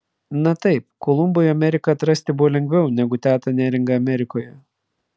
na taip kolumbui ameriką atrasti buvo lengviau negu tetą neringą amerikoje